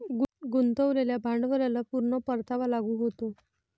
गुंतवलेल्या भांडवलाला पूर्ण परतावा लागू होतो